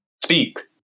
Speak